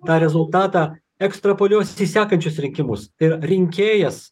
tą rezultatą ekstrapoliuos į sekančius rinkimus ir rinkėjas